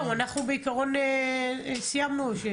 עקרונית סיימנו.